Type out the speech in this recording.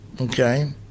Okay